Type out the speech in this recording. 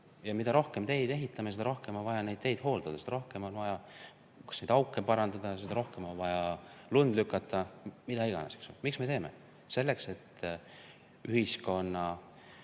Ja mida rohkem teid ehitame, seda rohkem on vaja neid hooldada, seda rohkem on vaja auke parandada ja seda rohkem on vaja lund lükata. Miks me seda teeme? Selleks, et ühiskonna